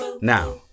Now